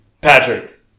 Patrick